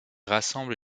rassemble